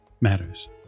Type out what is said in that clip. matters